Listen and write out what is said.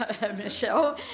Michelle